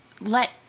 let